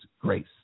grace